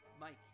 Mike